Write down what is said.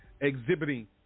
exhibiting